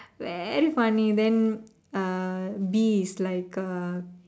very funny then ah B is like uh